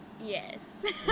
Yes